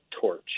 torch